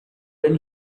when